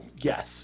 Yes